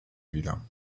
wieder